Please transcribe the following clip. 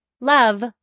Love